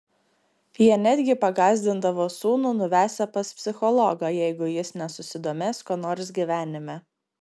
jie netgi pagąsdindavo sūnų nuvesią pas psichologą jeigu jis nesusidomės kuo nors gyvenime